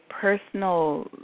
personal